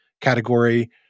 category